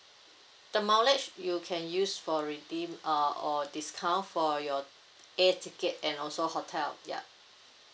the mileage you can use for redeem uh or discount for your air ticket and also hotel ya